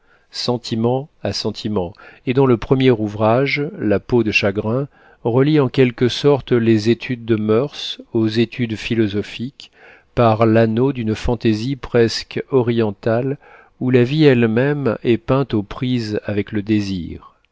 sentiment et dont le premier ouvrage la peau de chagrin relie en quelque sorte les etudes de moeurs aux etudes philosophiques par l'anneau d'une fantaisie presque orientale où la vie elle-même est peinte aux prises avec le désir